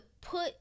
put